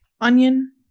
Onion